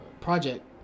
project